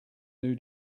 new